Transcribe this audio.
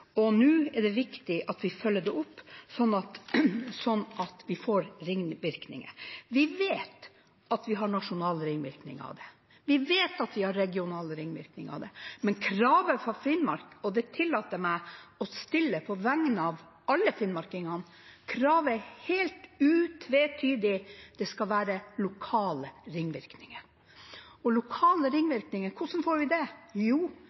og det er viktig at vi følger det opp, slik at vi får ringvirkninger. Vi vet at vi har nasjonale ringvirkninger av det, vi vet at vi har regionale virkninger av det, men kravet fra Finnmark – og det tillater jeg meg å stille på vegne av alle finnmarkingene – er helt utvetydig: Det skal være lokale ringvirkninger. Og hvordan får vi det? Jo,